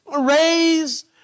raise